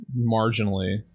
marginally